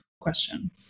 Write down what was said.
question